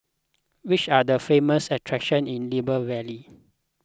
which are the famous attractions in Libreville